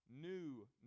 new